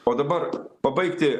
o dabar pabaigti